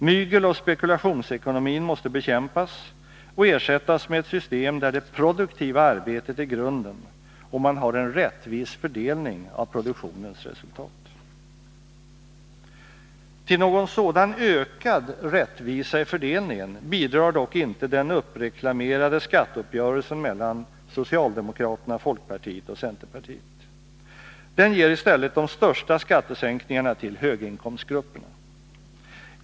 Mygeloch spekulationsekonomin måste bekämpas och ersättas med ett system där det produktiva arbetet är grunden och man har en rättvis fördelning av produktionens resultat. Till någon sådan ökad rättvisa i fördelningen bidrar dock inte den uppreklamerade skatteuppgörelsen mellan socialdemokraterna, folkpartiet och centerpartiet. Den ger i stället de största skattesänkningarna till höginkomstgrupperna.